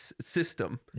system